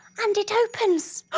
and it opens!